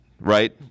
right